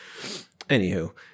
Anywho